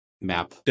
map